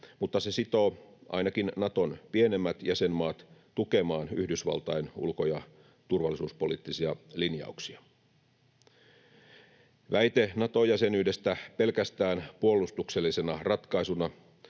mutta se sitoo ainakin Naton pienemmät jäsenmaat tukemaan Yhdysvaltain ulko- ja turvallisuuspoliittisia linjauksia. Väite Nato-jäsenyydestä pelkästään puolustuksellisena ratkaisuna